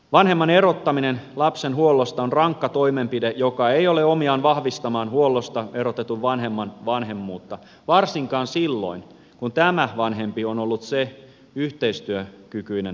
vanhemman erottaminen lapsen huollosta on rankka toimenpide joka ei ole omiaan vahvistamaan huollosta erotetun vanhemman vanhemmuutta varsinkaan silloin kun tämä vanhempi on ollut se yhteistyökykyinen vanhempi